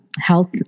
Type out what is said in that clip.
health